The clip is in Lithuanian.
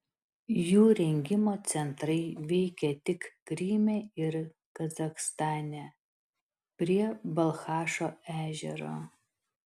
jų rengimo centrai veikė tik kryme ir kazachstane prie balchašo ežero